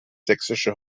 sächsische